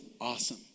awesome